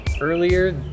Earlier